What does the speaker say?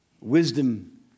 wisdom